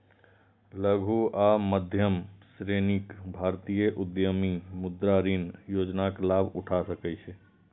लघु आ मध्यम श्रेणीक भारतीय उद्यमी मुद्रा ऋण योजनाक लाभ उठा सकै छै